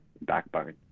backbone